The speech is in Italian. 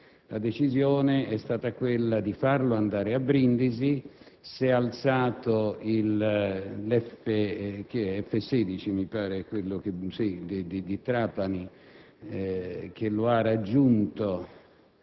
La decisione è stata quella di farlo andare a Brindisi. Si è alzato in volo un F-16 da Trapani che lo ha raggiunto.